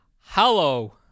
Hello